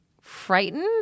frightened